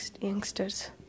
youngsters